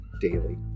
daily